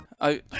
I-